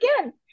again